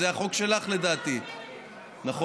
זה החוק שלך, לדעתי, נכון?